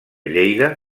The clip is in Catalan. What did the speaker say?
lleida